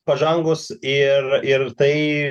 pažangūs ir ir tai